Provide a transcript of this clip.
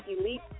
elite